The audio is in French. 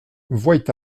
voient